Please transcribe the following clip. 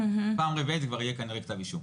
פעם רביעית זה כבר יהיה כנראה כתב אישום.